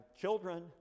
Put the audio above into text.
children